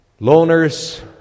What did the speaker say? loners